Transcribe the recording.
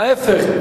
ההיפך.